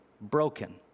broken